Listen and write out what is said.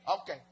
Okay